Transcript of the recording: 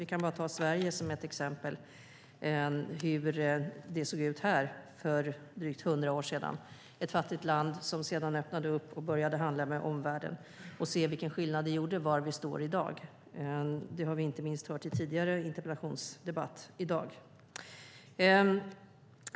Vi kan ta Sverige som ett exempel och hur det såg ut här för drygt hundra år sedan. Vi var ett fattigt land som sedan öppnade upp och började handla med omvärlden. Se vilken skillnad det gjorde, och var vi står i dag! Det har vi inte minst hört i en tidigare interpellationsdebatt i dag.